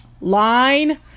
line